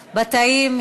בתאים.